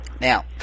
Now